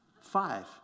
five